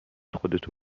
خودتو